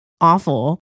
awful